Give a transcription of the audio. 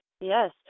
Yes